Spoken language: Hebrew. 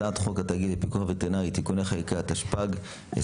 הצעת חוק התאגיד לפיקוח וטרינרי (תיקוני חקיקה) תשפ"ג-2023,